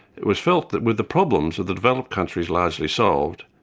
it was felt that with the problems of the developed countries largely solved,